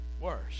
worse